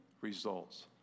results